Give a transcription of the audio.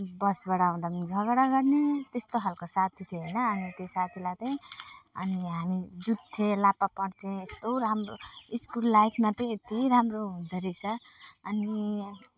बसबाट आउँदा पनि झगडा गर्ने त्यस्तो खालको साथी थियो होइन अनि त्यो साथीलाई चाहिँ अनि हामी जुद्थ्यौँ लाप्पा पर्थ्यौँ यस्तो राम्रो स्कुल लाइफमा चाहिँ यति राम्रो हुँदोरहेछ अनि